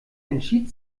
entschied